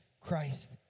Christ